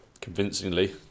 convincingly